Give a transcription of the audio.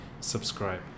subscribe